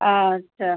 अच्छा